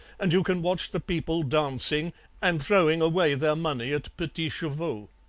and you can watch the people dancing and throwing away their money at petits chevaux